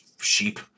sheep